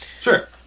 Sure